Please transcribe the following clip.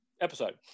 episode